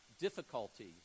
difficulty